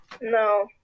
No